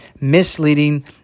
misleading